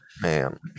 Man